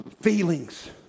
Feelings